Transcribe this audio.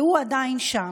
והוא עדיין שם.